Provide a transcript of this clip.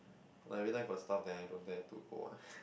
like every time got stuff then I don't dare to go one